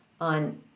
on